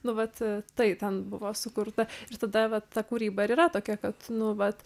nu vat tai ten buvo sukurta ir tada vat ta kūryba yra tokia kad nu vat